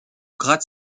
gratte